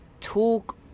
talk